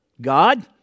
God